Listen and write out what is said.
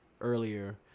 Earlier